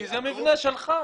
זה מבנה שלך.